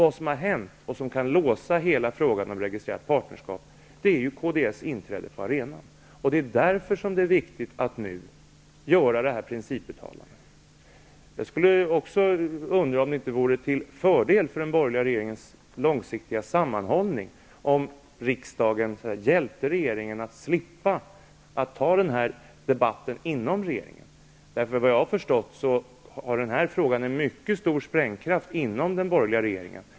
Vad som har hänt, och som kan låsa hela frågan om registrerat partnerskap, är Kds inträde på arenan. Det är därför som det är viktigt att detta principuttalande görs nu. Jag undrar också om det inte skulle vara till fördel för den borgerliga regeringens långsiktiga sammanhållning om riksdagen hjälpte regeringen att slippa ta denna debatt inom regeringen. Såvitt jag har förstått har denna fråga en mycket stor sprängkraft inom den borgerliga regeringen.